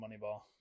Moneyball